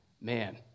man